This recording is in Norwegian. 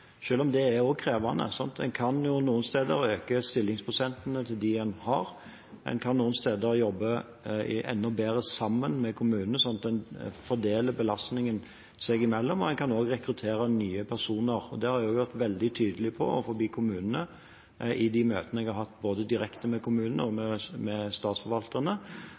om det er krevende. En kan noen steder øke stillingsprosenten for dem en har, en kan noen steder jobbe enda bedre sammen med kommunen, slik at en fordeler belastningen seg imellom, og en kan også rekruttere nye personer. Jeg har vært veldig tydelig i de møtene jeg har hatt både direkte med kommunene og med